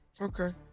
Okay